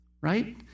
right